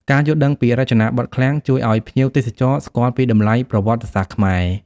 ការយល់ដឹងពីរចនាបថឃ្លាំងជួយឱ្យភ្ញៀវទេសចរស្គាល់ពីតម្លៃប្រវត្តិសាស្ត្រខ្មែរ។